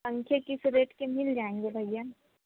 पंखे किस रेट के मिल जाएँगे भैया